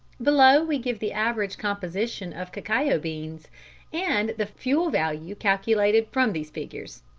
below we give the average composition of cacao beans and the fuel value calculated from these figures